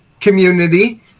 community